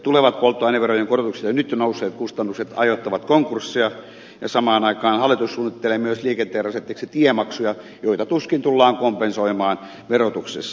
tulevat polttoaineverojen korotukset ja jo nyt nousseet kustannukset aiheuttavat konkursseja ja samaan aikaan hallitus suunnittelee liikenteen rasitteeksi myös tiemaksuja joita tuskin tullaan kompensoimaan verotuksessa